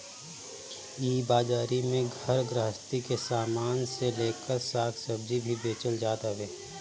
इ बाजारी में घर गृहस्ती के सामान से लेकर साग सब्जी भी बेचल जात हवे